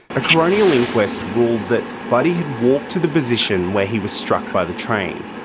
a coronial inquest ruled that buddy had walked to the position where he was struck by the train.